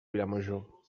vilamajor